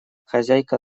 хозяйка